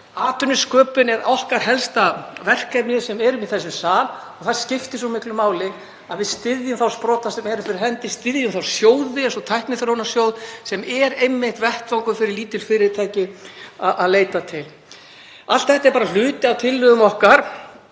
Atvinnusköpun er helsta verkefni okkar sem erum í þessum sal og það skiptir svo miklu máli að við styðjum þá sprota sem eru fyrir hendi, styðjum sjóði eins og Tækniþróunarsjóð sem er einmitt vettvangur fyrir lítil fyrirtæki til að leita til. Allt þetta er bara hluti af tillögum okkar